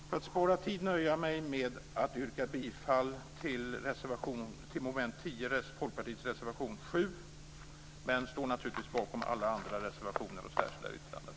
För att spara tid nöjer jag mig med att yrka bifall till Folkpartiets reservation 7 under mom. 10, men jag står naturligtvis bakom Folkpartiets alla andra reservationer och särskilda yttranden.